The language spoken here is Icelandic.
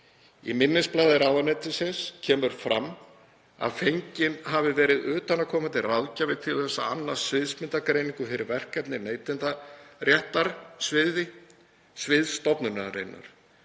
Í minnisblaði ráðuneytisins kemur fram að fenginn hafi verið utanaðkomandi ráðgjafi til þess að annast sviðsmyndagreiningu fyrir verkefni á neytendaréttarsviði stofnunarinnar.